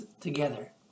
together